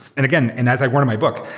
and again, and as i wrote in my book,